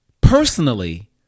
Personally